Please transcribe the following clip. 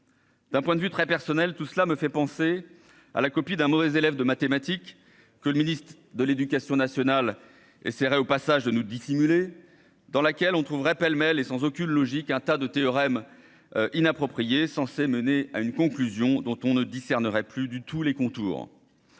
D'un point de vue très personnel, tout cela me fait penser à la copie d'un mauvais élève de mathématiques que le ministère de l'éducation nationale et au passage de nous dissimulé dans laquelle on trouverait pêle-mêle et sans aucune logique un tas de théorème inapproprié censé mener à une conclusion dont on ne discerne aurait plus du tout les contours